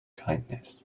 kindness